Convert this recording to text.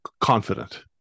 confident